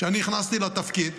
כשאני נכנסתי לתפקיד,